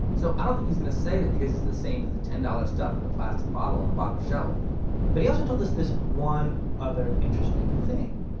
so i don't think he's going to say that his is the same as the ten dollars stuff in the plastic bottle on the bottom shelf but he also told us this one other interesting thing.